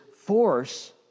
force